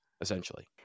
essentially